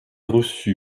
reçu